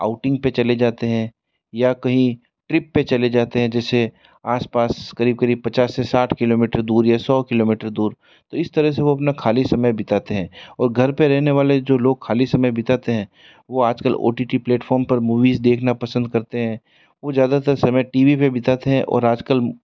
outing पर चले जाते हैं या कहीं ट्रिप पर चले जाते हैं जैसे आस पास क़रीब क़रीब पचास से साठ किलोमीटर दूर या सौ किलोमीटर दूर तो इस तरह से वो अपना ख़ाली समय बिताते हैं और घर पर रहने वाले जो लोग ख़ाली समय बिताते हैं वो आज कल ओ टी टी प्लेटफॉर्म पर मूवीस देखना पसंद करते हैं वो ज़्यादातर समय टी वी पर बिताते हैं और आज कल